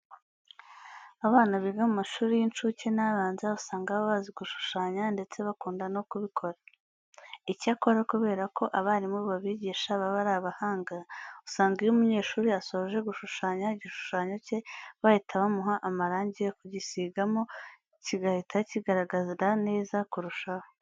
Abana biga mu mashuri y'incuke n'abanza usanga baba bazi gushushanya ndetse bakunda no kubikora. Icyakora kubera ko abarimu babigisha baba ari abahanga, usanga iyo umunyeshuri asoje gushushanya igishushanyo cye, bahita bamuha amarange yo kugisigamo kigahita kigaragara neza kurushaho.